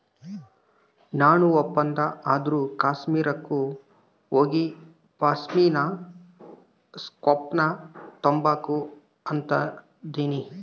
ನಾಣು ಒಂದಪ್ಪ ಆದ್ರೂ ಕಾಶ್ಮೀರುಕ್ಕ ಹೋಗಿಪಾಶ್ಮಿನಾ ಸ್ಕಾರ್ಪ್ನ ತಾಂಬಕು ಅಂತದನಿ